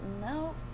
No